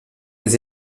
les